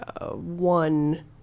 one